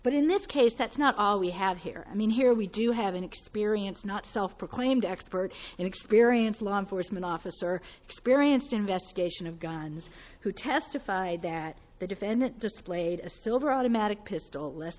but in this case that's not all we have here i mean here we do have an experience not self proclaimed expert and experienced law enforcement officer experienced investigation of guns who testified that the defendant displayed a silver automatic pistol less